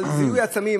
על זיהוי עצמים,